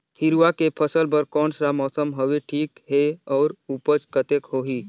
हिरवा के फसल बर कोन सा मौसम हवे ठीक हे अउर ऊपज कतेक होही?